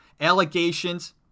allegations